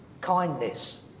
kindness